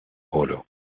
oro